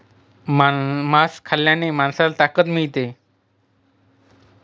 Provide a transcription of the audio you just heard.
मांस खाल्ल्याने माणसाला ताकद मिळते